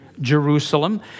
Jerusalem